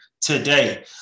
today